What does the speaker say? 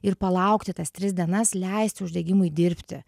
ir palaukti tas tris dienas leisti uždegimui dirbti